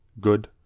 good